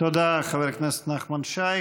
תודה, חבר הכנסת נחמן שי.